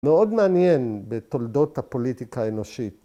‫מאוד מעניין בתולדות ‫הפוליטיקה האנושית.